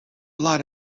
lot